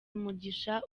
mugisha